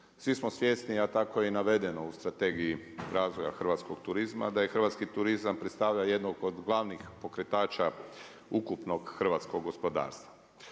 Svi smo svjesni, a tako je i navedeno u Strategiji razvoja hrvatskog turizma, da je hrvatski turizam predstavlja jednog od glavnih pokretača ukupnog hrvatskog gospodarstva.